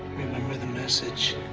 remember the message.